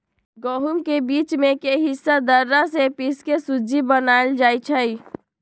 गहुम के बीच में के हिस्सा दर्रा से पिसके सुज्ज़ी बनाएल जाइ छइ